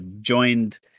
joined